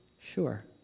Sure